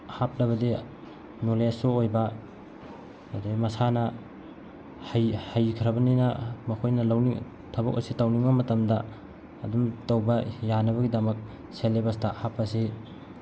ꯍꯥꯞꯂꯕꯗꯤ ꯅꯣꯂꯦꯖꯁꯨ ꯑꯣꯏꯕ ꯑꯗꯒꯤ ꯃꯁꯥꯅ ꯍꯩꯈ꯭ꯔꯕꯅꯤꯅ ꯃꯈꯣꯏꯅ ꯂꯧꯅꯤꯡ ꯊꯕꯛ ꯑꯁꯤ ꯇꯧꯅꯤꯡꯕ ꯃꯇꯝꯗ ꯑꯗꯨꯝ ꯇꯧꯕ ꯌꯥꯅꯕꯒꯤꯗꯃꯛ ꯁꯦꯂꯦꯕꯁꯇ ꯍꯥꯞꯄ ꯑꯁꯤ